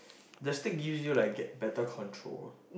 the stick gives you like get better control